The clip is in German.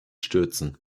stürzen